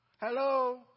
Hello